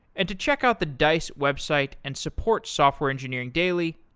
and to check out the dice website and support software engineering daily,